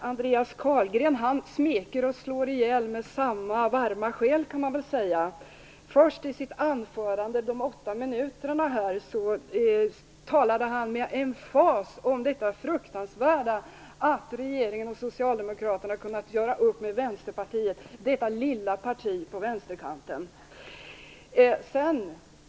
Andreas Carlgren smeker och slår ihjäl med samma varma själ, kan man säga. Först talade han under sitt anförande, det på åtta minuter, med emfas om detta fruktansvärda att regeringen och Socialdemokraterna kunnat göra upp med Vänsterpartiet, detta lilla parti på vänsterkanten.